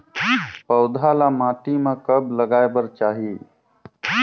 पौधा ल माटी म कब लगाए बर चाही?